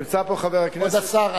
נמצא פה חבר הכנסת --- כבוד השר,